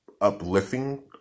Uplifting